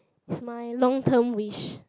is my long term wish